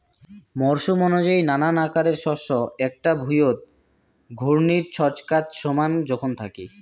মরসুম অনুযায়ী নানান আকারের শস্য এ্যাকটা ভুঁইয়ত ঘূর্ণির ছচকাত সমান জোখন থাকি